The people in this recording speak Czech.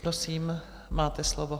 Prosím, máte slovo.